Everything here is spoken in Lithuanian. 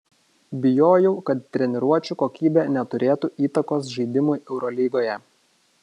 bijojau kad treniruočių kokybė neturėtų įtakos žaidimui eurolygoje